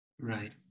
Right